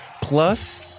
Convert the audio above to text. plus